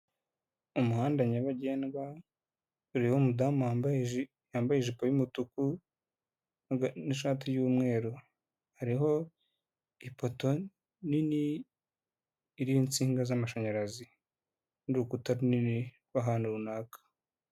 Umuhanda nyabagendwa. Urimo umudamu wambaye ijipo y'umutuku n'ishati y'umweru. hariho ipoto nini iriho insinga z'amashanyarazi n'urukuta runini rw'ahantu runaka.